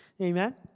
Amen